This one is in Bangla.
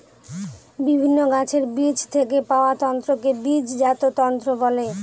বিভিন্ন গাছের বীজ থেকে পাওয়া তন্তুকে বীজজাত তন্তু বলে